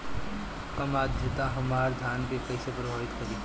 कम आद्रता हमार धान के कइसे प्रभावित करी?